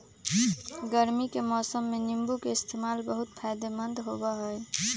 गर्मी के मौसम में नीम्बू के इस्तेमाल बहुत फायदेमंद होबा हई